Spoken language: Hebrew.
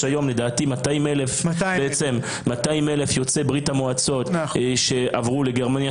יש היום לדעתי 200,000 יוצאי ברית המועצות שעברו לגרמניה,